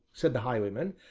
said the highwayman,